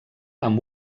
amb